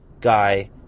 guy